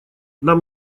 нам